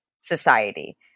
society